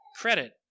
credit